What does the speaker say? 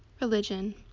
religion